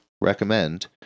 Recommend